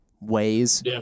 ways